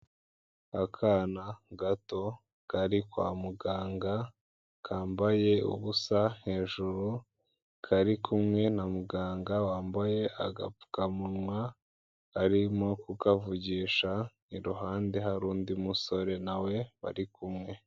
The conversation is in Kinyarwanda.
Akana gato kari kwa muganga, kambaye ubusa hejuru, kari kumwe na muganga wambaye agapfukamunwa arimo kukavugisha, iruhande hari undi musore na we bari kumwe.